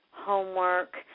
homework